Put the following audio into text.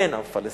אין עם פלסטיני.